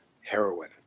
heroin